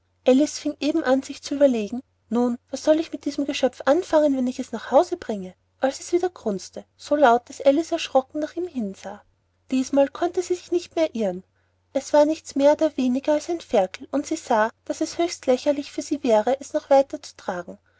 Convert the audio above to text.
an sich zu überlegen nun was soll ich mit diesem geschöpf anfangen wenn ich es mit nach hause bringe als es wieder grunzte so laut daß alice erschrocken nach ihm hinsah diesmal konnte sie sich nicht mehr irren es war nichts mehr oder weniger als ein ferkel und sie sah daß es höchst lächerlich für sie wäre es noch weiter zu tragen